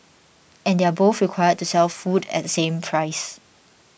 and they're both required to sell food at the same price